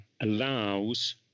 allows